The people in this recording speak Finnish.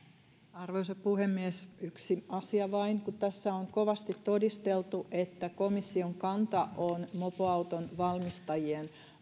arvoisa puhemies yksi asia vain kun tässä on kovasti todisteltu että komission kanta on mopoautojen valmistajien